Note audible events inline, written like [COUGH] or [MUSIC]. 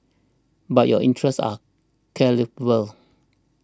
but your interests are [UNINTELLIGIBLE]